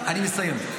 אני מסיים.